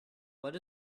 what